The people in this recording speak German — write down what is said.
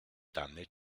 tanne